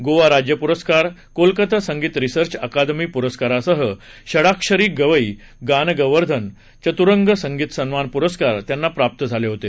गोवा राज्य पुरस्कार Kolkata Sangeet research academy पुरस्कारासह षडाक्षरी गवई गानवर्धन चतुरंग संगीत सन्मान पुरस्कार त्यांना प्राप्त झाले होते